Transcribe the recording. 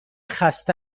خسته